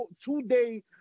two-day